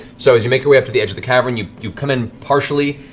so as you make your way up to the edge of the cavern, you you come in partially,